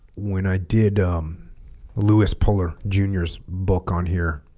when i did um lewis puller junior's book on here